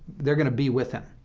they're going to be with him.